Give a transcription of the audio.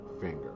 finger